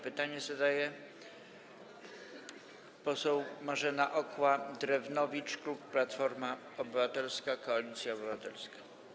Pytanie zadaje poseł Marzena Okła-Drewnowicz, klub Platforma Obywatelska - Koalicja Obywatelska.